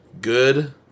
good